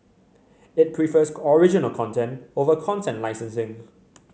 it prefers original content over content licensing